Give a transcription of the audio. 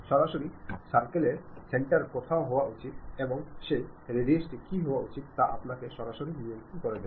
সরাসরি সার্কেলের সেন্টার কোথায় হওয়া উচিত এবং সেই রাডিউস টি কী হওয়া উচিত তা আপনাকে সরাসরি নির্ণয় করে দেয়